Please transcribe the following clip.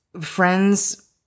friends